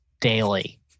daily